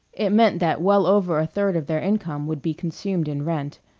it meant that well over a third of their income would be consumed in rent.